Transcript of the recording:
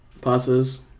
Pastas